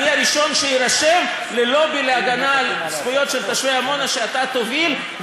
אני הראשון שיירשם ללובי להגנה על הזכויות של תושבי עמונה שאתה תוביל,